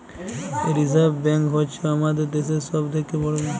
reserve bank হ্য়চ্ছ হামাদের দ্যাশের সব থেক্যে বড় ব্যাঙ্ক